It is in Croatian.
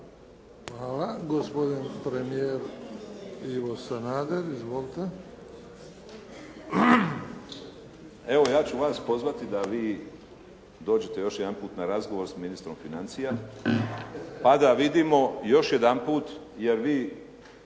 Hvala. Gospodin premijer Ivo Sanader. Izvolite. **Sanader, Ivo (HDZ)** Evo, ja ću vas pozvati da vi dođete još jedanput na razgovor s ministrom financija pa da vidimo još jedanput jer vi